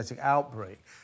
outbreak